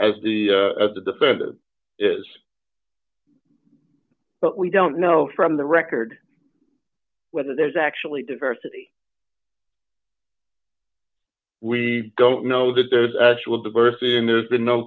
as the at the defendant is but we don't know from the record whether there's actually diversity we don't know that there's actual diversity and there's been no